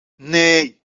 nee